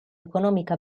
economica